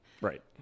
Right